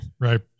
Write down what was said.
right